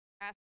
ask